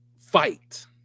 fight